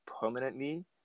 permanently